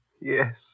Yes